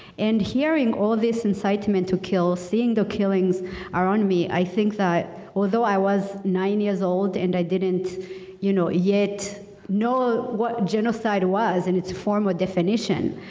and hearing all this incitement to kill. seeing the killings around me, i think that although i was nine years old and i didn't you know yet know what genocide was in and it's formal definition.